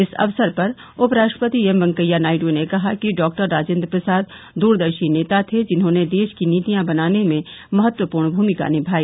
इस अवसर पर उपराष्ट्रपति एम वेंकैया नायडू ने कहा कि डॉक्टर राजेंद्र प्रसाद दूरदर्शी नेता थे जिन्होंने देश की नीतियां बनाने में महत्वपूर्ण भूमिका निभाई